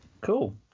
cool